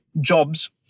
jobs